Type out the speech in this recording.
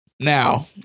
Now